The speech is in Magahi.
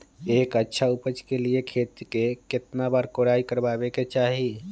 एक अच्छा उपज के लिए खेत के केतना बार कओराई करबआबे के चाहि?